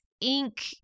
ink